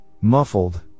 muffled